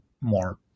more